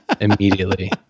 immediately